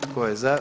Tko je za?